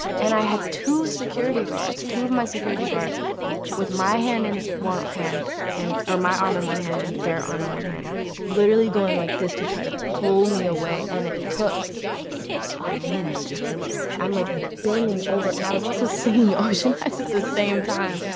and i had two security guards, two of my security guards with my hand in one hand and, or my arm in one hand and their arm in one hand literally going like this to try to pull me away and it took a minute to do it. i'm like, bending over and i was also singing ocean eyes at the same time.